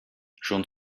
schon